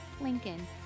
Lincoln